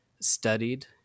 studied